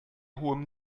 hohem